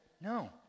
No